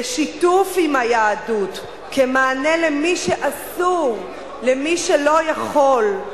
בשיתוף עם היהדות, כמענה למי שאסור, למי שלא יכול.